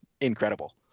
incredible